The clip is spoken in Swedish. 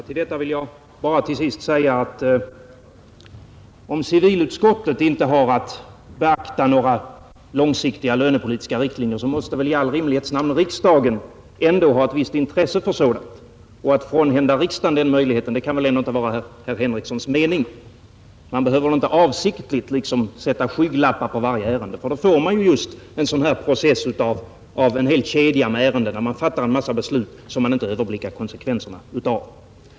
Herr talman! Till detta vill jag bara säga, att även om civilutskottet inte har att beakta de långsiktiga lönepolitiska riktlinjerna, så måste i all rimlighets namn riksdagen ha ett visst intresse för sådant. Att frånhända riksdagen den möjligheten kan väl inte vara herr Henriksons mening. Man behöver väl inte avsiktligt liksom sätta skygglappar på sig för varje ärende; då får man en process med en hel kedja av ärenden, där man fattar en massa beslut som man inte kan överblicka konsekvenserna av.